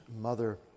mother